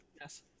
Yes